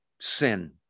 sin